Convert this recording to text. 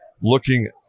looking